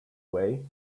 way